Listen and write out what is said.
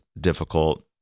difficult